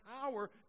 power